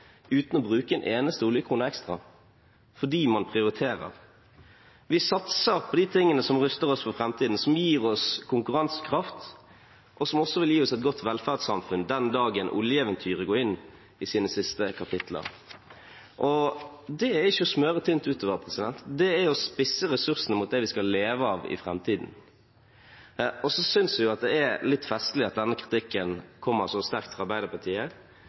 uten å bruke en eneste oljekrone ekstra – fordi man prioriterer. Vi satser på de tingene som ruster oss for framtiden, som gir oss konkurransekraft, og som også vil gi oss et godt velferdssamfunn den dagen oljeeventyret går inn i sine siste kapitler. Det er ikke å smøre tynt utover – det er å spisse ressursene mot det vi skal leve av i framtiden. Jeg synes det er litt festlig at denne kritikken kommer så sterkt fra Arbeiderpartiet,